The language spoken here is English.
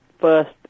first